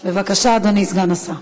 אדוני סגן השר.